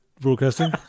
broadcasting